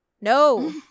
No